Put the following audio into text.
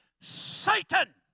Satan